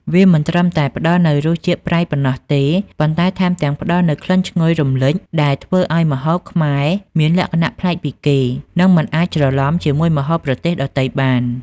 វាមិនត្រឹមតែផ្តល់នូវរសជាតិប្រៃប៉ុណ្ណោះទេ ប៉ុន្តែថែមទាំងផ្តល់នូវក្លិនឈ្ងុយរំលេចដែលធ្វើឱ្យម្ហូបខ្មែរមានលក្ខណៈប្លែកពីគេ និងមិនអាចច្រឡំជាមួយម្ហូបប្រទេសដទៃបាន។